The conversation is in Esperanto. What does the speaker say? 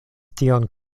tian